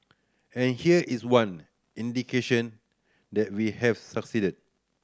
and here is one indication that we have succeeded